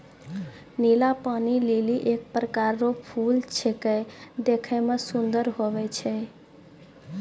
नीला पानी लीली एक प्रकार रो फूल छेकै देखै मे सुन्दर हुवै छै